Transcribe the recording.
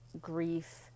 grief